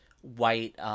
white